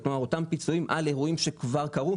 כלומר אותם פיצויים על אירועים שכבר קרו,